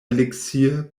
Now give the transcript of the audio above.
elixir